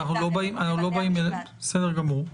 בסדר גמור.